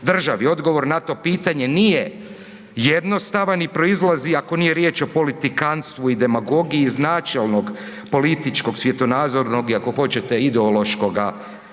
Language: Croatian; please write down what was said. državi? Odgovor na to pitanje nije jednostavan i proizlazi, ako nije riječ o politikanstvu i demagogiju, iz načelnog političkog svjetonazorog i ako hoćete ideološkoga stava.